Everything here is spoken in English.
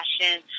passion